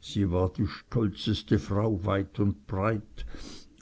sie war die stolzeste frau weit und breit